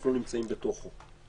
לא נמצאים בתוכו.